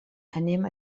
anem